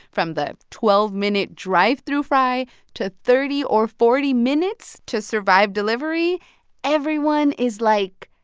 from the twelve minute drive-through fry to thirty or forty minutes to survive delivery everyone is like,